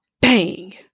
bang